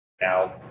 Now